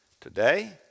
today